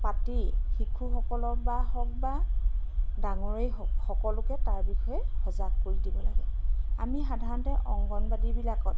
পাতি শিশুসকলক বা হওক বা ডাঙৰেই হওক সকলোকে তাৰ বিষয়ে সজাগ কৰি দিব লাগে আমি সাধাৰণতে অংগনবাদীবিলাকত